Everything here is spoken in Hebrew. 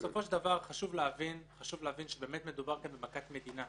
בסופו של דבר חשוב להבין שמדובר כאן במכת מדינה.